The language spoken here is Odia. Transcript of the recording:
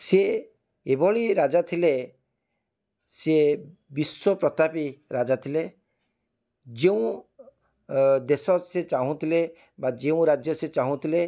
ସେ ଏଭଳି ରାଜା ଥିଲେ ସିଏ ବିଶ୍ୱପ୍ରତାପୀ ରାଜା ଥିଲେ ଯେଉଁ ଅ ଦେଶ ସିଏ ଚାହୁଁଥିଲେ ବା ଯେଉଁ ରାଜ୍ୟ ସିଏ ଚାହୁଁଥିଲେ